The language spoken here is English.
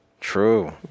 True